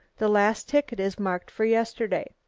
the last ticket is marked for yesterday.